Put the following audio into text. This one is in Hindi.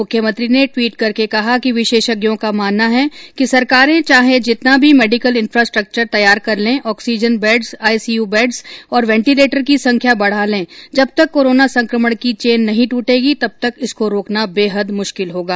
मुख्यमंत्री ने ट्वीट कर कहा कि विशेषज्ञों का मानना है कि सरकारें चाहे कितना भी मेडिकल इंफ्रास्ट्रक्चर तैयार कर लें ऑक्सीजन बेड्स आईसीयू बेड्स और वेंटिलेटर की संख्या बढ़ा लें जब तक कोरोना संक्रमण की चैन नहीं ट्रटेगी तब तक इसको रोकना बेहद मुश्किल होगा